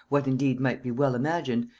what indeed might be well imagined,